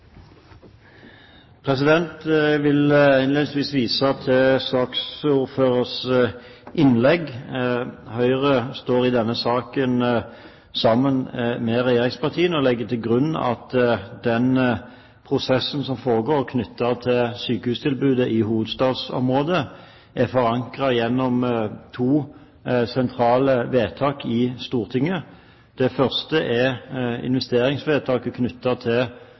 vil innledningsvis vise til saksordførerens innlegg. Høyre står i denne saken sammen med regjeringspartiene og legger til grunn at den prosessen som foregår knyttet til sykehustilbudet i hovedstadsområdet, er forankret gjennom to sentrale vedtak i Stortinget. Det første er investeringsvedtaket knyttet til